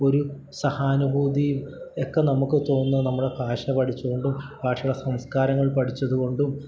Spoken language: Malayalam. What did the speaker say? ഒരു സഹാനുഭൂതിയുമൊക്കെ നമുക്ക് തോന്നുന്നത് നമ്മുടെ ഭാഷ പഠിച്ചതുകൊണ്ടും ഭാഷയുടെ സംസ്കാരങ്ങൾ പഠിച്ചതുകൊണ്ടും